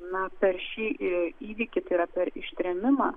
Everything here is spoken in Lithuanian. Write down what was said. na per šį įvykį tai yra per ištrėmimą